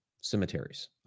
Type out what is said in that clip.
cemeteries